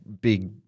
big